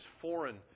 foreign